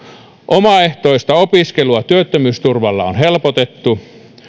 omaehtoista opiskelua työttömyysturvalla on helpotettu